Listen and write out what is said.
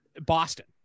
Boston